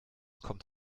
kommt